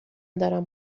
دارم